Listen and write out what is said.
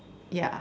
ya